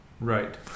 Right